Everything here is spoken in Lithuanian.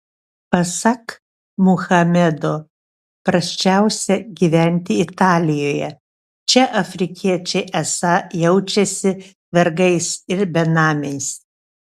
pasak muhamedo prasčiausia gyventi italijoje čia afrikiečiai esą jaučiasi vergais ir benamiais